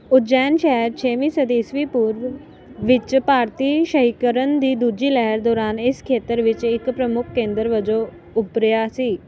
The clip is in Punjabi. ਉਜੈਨ ਸ਼ਹਿਰ ਛੇਵੀਂ ਸਦੀ ਈਸਵੀ ਪੂਰਵ ਵਿੱਚ ਭਾਰਤੀ ਸ਼ਹਿਰੀਕਰਨ ਦੀ ਦੂਜੀ ਲਹਿਰ ਦੌਰਾਨ ਇਸ ਖੇਤਰ ਵਿੱਚ ਇੱਕ ਪ੍ਰਮੁੱਖ ਕੇਂਦਰ ਵਜੋਂ ਉੱਭਰਿਆ ਸੀ